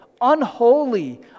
unholy